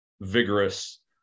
vigorous